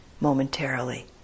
momentarily